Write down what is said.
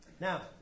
Now